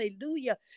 hallelujah